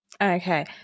Okay